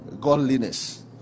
Godliness